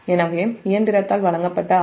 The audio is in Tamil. எனவே இயந்திரத்தால் வழங்கப்பட்ட ஆரம்ப சக்தி 69